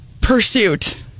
pursuit